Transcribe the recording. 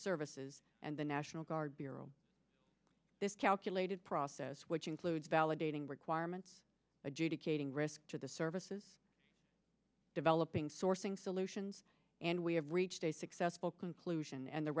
services and the national guard bureau this calculated process which includes validating requirements adjudicating risk to the services developing sourcing solutions and we have reached a successful conclusion and the